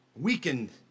weakened